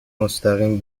مستقیم